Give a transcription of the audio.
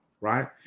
right